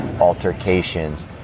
altercations